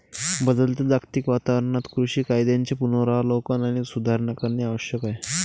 बदलत्या जागतिक वातावरणात कृषी कायद्यांचे पुनरावलोकन आणि सुधारणा करणे आवश्यक आहे